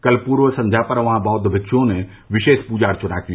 कल पूर्व संध्या पर वहां बौद्ध भिक्ष्ञों ने विशेष पूजा अर्चना की